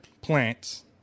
plants